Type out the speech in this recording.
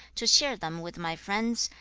to share them with my friends,